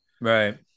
Right